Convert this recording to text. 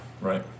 right